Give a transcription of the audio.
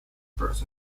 parts